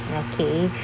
okay